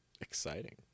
Exciting